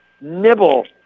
nibble